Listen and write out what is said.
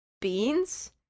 beans